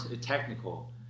technical